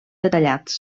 detallats